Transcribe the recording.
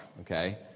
okay